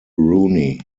rooney